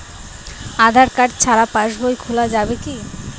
আধার card ছাড়া পাশবই খোলা যাবে কি?